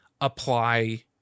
apply